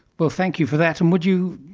well, thank you for that, and would you,